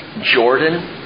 Jordan